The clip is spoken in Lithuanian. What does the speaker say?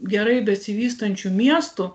gerai besivystančių miestų